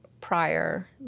prior